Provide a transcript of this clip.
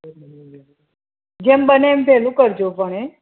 જેમ બેન ઈં વહેલું કરજો તમે